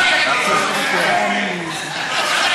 נכון, נכון.